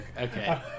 okay